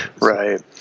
Right